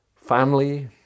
family